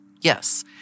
Yes